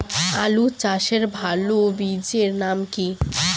আলু চাষের ভালো বীজের নাম কি?